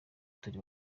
turi